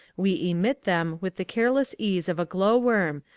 we emit them with the careless ease of a glow worm,